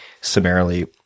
summarily